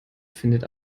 findet